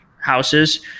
houses